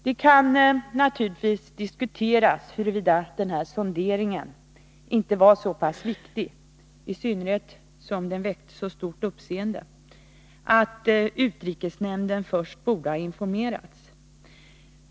Det kan naturligtvis diskuteras huruvida denna sondering inte var så pass viktig —i synnerhet som den väckte så stort uppseende — att utrikesnämnden först borde ha informerats.